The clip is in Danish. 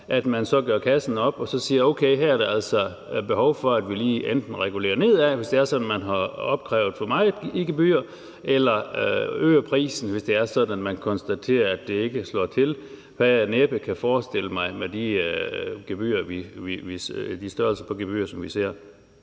så skal gøre kassen op og sige: Okay, her er der altså behov for, at vi enten lige regulerer nedad, hvis det er sådan, at vi har opkrævet for meget i gebyrer, eller øger prisen, hvis det er sådan, at vi kan konstatere, at beløbet ikke slår til. Det sidste kan jeg næppe forestille mig med de størrelser på gebyrer, vi ser.